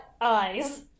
eyes